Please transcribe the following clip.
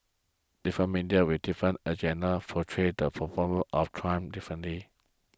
different media with different agendas portray the performance of Trump differently